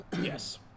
Yes